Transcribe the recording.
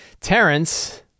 terrence